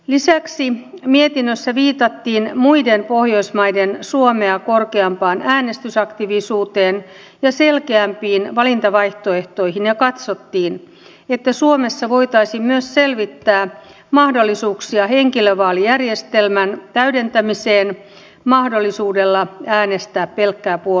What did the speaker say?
lisäksi mietinnössä viitattiin muiden pohjoismaiden suomea korkeampaan äänestysaktiivisuuteen ja selkeämpiin valintavaihtoehtoihin ja katsottiin että suomessa voitaisiin myös selvittää mahdollisuuksia henkilövaalijärjestelmän täydentämiseen mahdollisuudella äänestää pelkkää puoluetta